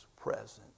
presence